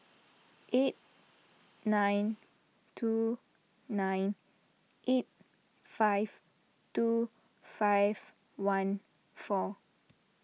eight nine two nine eight five two five one four